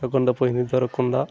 దొరకకుండా పోయింది దొరకకుండా